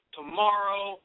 tomorrow –